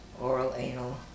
oral-anal